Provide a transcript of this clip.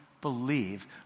believe